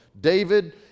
David